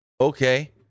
Okay